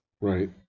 Right